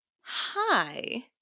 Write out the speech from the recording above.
hi